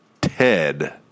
ted